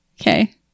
Okay